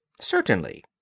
Certainly